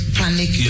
panic